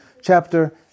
chapter